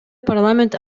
парламент